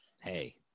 hey